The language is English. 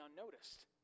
unnoticed